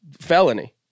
felony